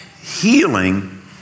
healing